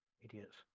Idiots